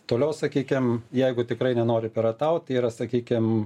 toliau sakykim jeigu tikrai nenori pirataut yra sakykim